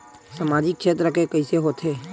सामजिक क्षेत्र के कइसे होथे?